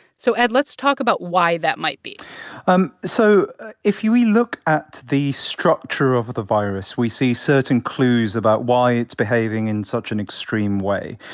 so, ed, let's talk about why that might be um so if we look at the structure of the virus, we see certain clues about why it's behaving in such an extreme way.